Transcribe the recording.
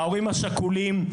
ההורים השכולים,